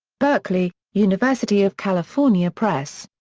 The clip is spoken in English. berkeley university of california press.